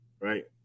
right